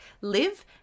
live